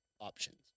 options